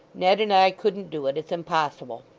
ned and i couldn't do it. it's impossible